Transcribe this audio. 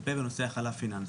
מטפל בנושא החלה פיננסית.